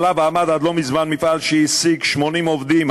שעליו עמד עד לא מזמן מפעל שהעסיק 80 עובדים,